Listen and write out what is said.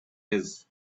his